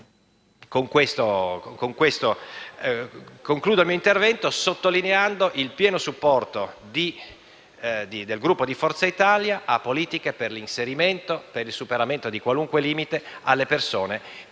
Concludo il mio intervento sottolineando il pieno supporto del Gruppo di Forza Italia a politiche per il superamento di qualunque limite delle persone